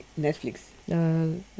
Netflix